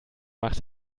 macht